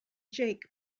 jake